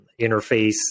interface